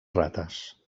rates